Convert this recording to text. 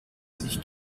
sich